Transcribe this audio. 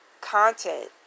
content